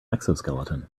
exoskeleton